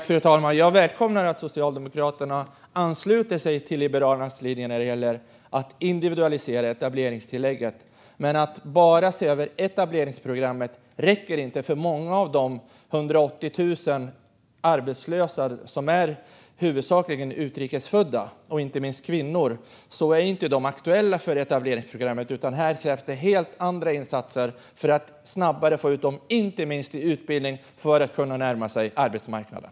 Fru talman! Jag välkomnar att Socialdemokraterna ansluter sig till Liberalernas linje när det gäller att individualisera etableringstillägget. Men att bara se över etableringsprogrammet räcker inte. Många av de 180 000 arbetslösa, huvudsakligen utrikes födda och inte minst kvinnor, är inte aktuella för etableringsprogrammet. Det krävs helt andra insatser för att snabbare få ut dem i inte minst utbildning för att de ska kunna närma sig arbetsmarknaden.